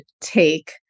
take